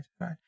right